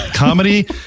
Comedy